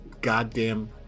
goddamn